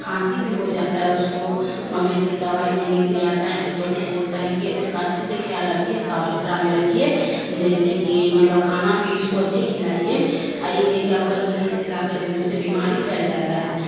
کھانسی بھی ہو جاتا ہے اس کو مویسی دوائی دینے کے لیے آتا ہے تو وہ بولتا ہے کہ اس کا اچھے سے خیال رکھیے صاف ستھرا میں رکھیے جیسے کہ مطلب کھانا بھی اس کو اچھے کھلائیے ای نہیں کہ اب کہیں کہیں سے لا کر دے اس سے بیماری پھییل جاتا ہے